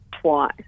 twice